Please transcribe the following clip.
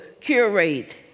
curate